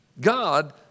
God